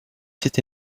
étaient